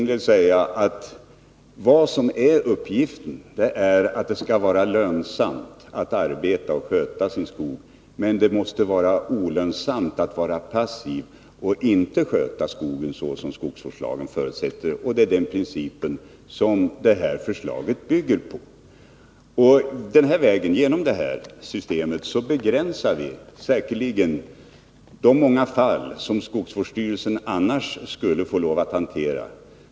Det skall vara lönsamt att arbeta och sköta sin skog, medan det måste vara olönsamt att vara passiv och inte sköta skogen så som skogsvårdslagen förutsätter. Det är den principen som det här förslaget bygger på. Genom detta system begränsar vi säkerligen de många fall som skogsvårdsstyrelsen annars skulle få lov att hantera.